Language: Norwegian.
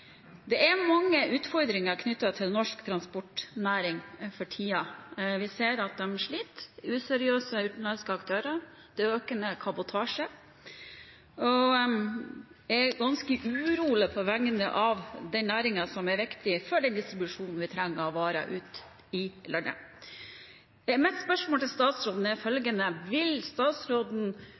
Det er mange utfordringer knyttet til norsk transportnæring for tiden. Vi ser at de sliter. Det er useriøse utenlandske aktører, det er økende kabotasje, og jeg er ganske urolig på vegne av en næring som er viktig for distribusjonen av varer ut i landet. Mitt spørsmål til statsråden er følgende: Vil statsråden